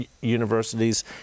universities